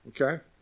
Okay